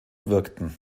wirkten